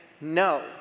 No